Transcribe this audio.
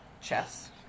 Chess